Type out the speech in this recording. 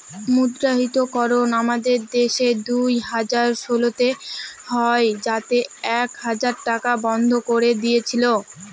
মুদ্রাহিতকরণ আমাদের দেশে দুই হাজার ষোলোতে হয় যাতে এক হাজার টাকা বন্ধ করে দিয়েছিল